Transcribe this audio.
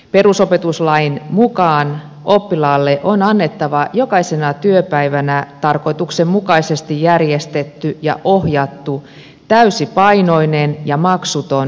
perusopetuslain mukaan oppilaalle on annettava jokaisena työpäivänä tarkoituksenmukaisesti järjestetty ja ohjattu täysipainoinen ja maksuton kouluateria